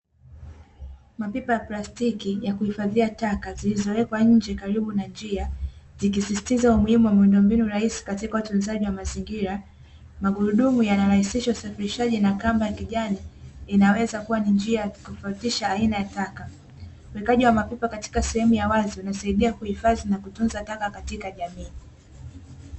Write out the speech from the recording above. Mapipa ya plastiki ya kuhifadhia taka zilizowekwa nje karibu na njia, zikisisitiza umuhimu wa miundombinu rahisi katika utunzaji wa mazingira. Magurudumu yanarahisisha usafirishaji na kamba ya kijani inaweza kuwa ni njia ya kutofautisha aina ya taka. Uwekaji wa mapipa katika sehemu ya wazi unasaidia kuhifadhi na kutunza taka katika jamii.